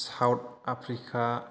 South Africa